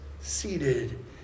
Seated